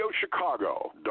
Chicago